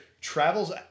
travels